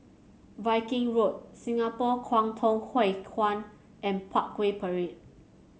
Viking Road Singapore Kwangtung Hui Kuan and Parkway Parade